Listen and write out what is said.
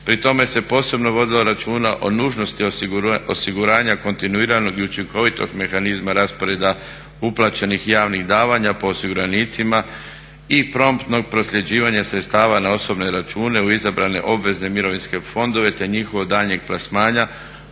Pri tome se posebno vodilo računa o nužnosti osiguranja kontinuiranog i učinkovitog mehanizma rasporeda uplaćenih javnih davanja po osiguranicima i promptnog prosljeđivanja sredstava na osobne račune u izabrane obvezne mirovinske fondove te njihovog daljnjeg plasmana